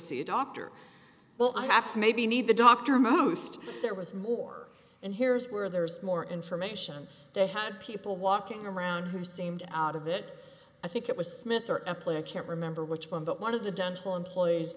see a doctor well i have to maybe need the doctor most there was more and here's where there's more information they had people walking around who seemed out of it i think it was smith or epley i can't remember which one but one of the dental employees